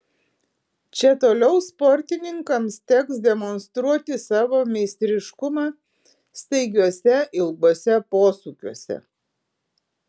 čia toliau sportininkams teks demonstruoti savo meistriškumą staigiuose ilguose posūkiuose